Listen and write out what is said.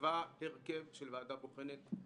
קבע הרכב של ועדה בוחנת,